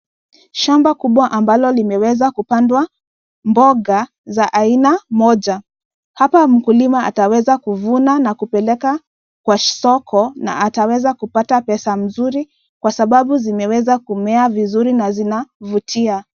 Shamba kubwa ambalo limeweza kupandwa, mboga, za aina moja, hapa mkulima ataweza kuvuna na kupeleka, kwa soko, na ataweza kupata pesa mzuri kwa sababu, zimeweza kumea vizuri, na zinavutia.